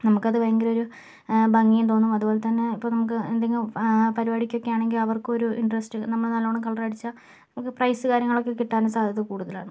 നമുക്കത് ഭയങ്കരൊരു ഭംഗിയും തോന്നും അതുപോലെത്തന്നെ ഇപ്പം നമുക്ക് എന്തെങ്കിലും പരുപാടിക്കൊക്കെയാണെങ്കിൽ അവർക്കുമൊരു ഇൻറ്ററസ്റ്റ് നമ്മള് നല്ലോണം കളറടിച്ചാൽ നമുക്ക് പ്രൈസ് കാര്യങ്ങളൊക്കെ കിട്ടാനും സാധ്യത കൂടുതലാണ്